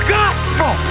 gospel